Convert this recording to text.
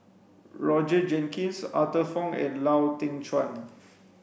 Roger Jenkins Arthur Fong and Lau Teng Chuan